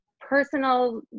personal